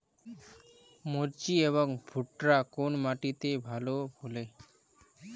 মরিচ এবং ভুট্টা কোন মাটি তে ভালো ফলে?